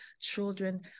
children